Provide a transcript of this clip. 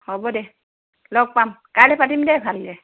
হ'ব দে লগ পাম কাইলৈ পাতিম দে ভালকৈ